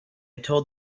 told